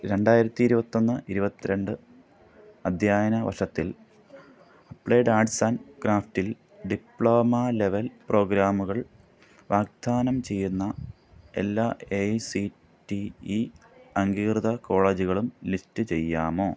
രണ്ടായിരത്തി ഇരുപത്തൊന്ന് ഇരുപത്തിരണ്ട് അദ്ധ്യയന വർഷത്തിൽ അപ്ലൈഡ് ആട്ട്സ് ആൻറ്റ് ക്രാഫ്റ്റിൽ ഡിപ്ലോമ ലെവൽ പ്രോഗ്രാമുകൾ വാഗ്ദാനം ചെയ്യുന്ന എല്ലാ A I C T E അംഗീകൃത കോളേജുകളും ലിസ്റ്റ് ചെയ്യാമോ